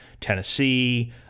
Tennessee